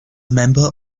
member